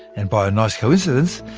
and by a nice coincidence,